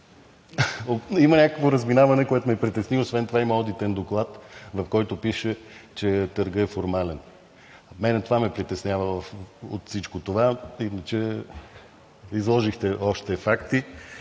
Има някакво разминаване, което ме притесни. Освен това има одитен доклад, в който пише, че търгът е формален. Мен това ме притеснява от всичко това, иначе изложихте още факти.